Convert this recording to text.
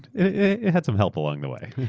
it had some help along the way.